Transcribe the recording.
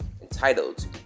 entitled